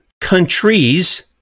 countries